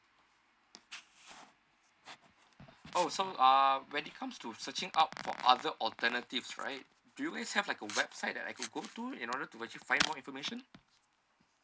oh so uh when it comes to searching up for other alternatives right do you guys have like a website that I can go to in order to actually find more information